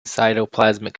cytoplasmic